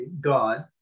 God